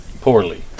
poorly